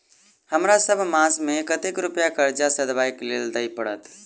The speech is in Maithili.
हमरा सब मास मे कतेक रुपया कर्जा सधाबई केँ लेल दइ पड़त?